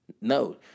No